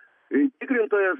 tai tikrintojas